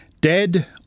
Dead